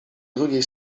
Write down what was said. drugiej